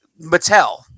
Mattel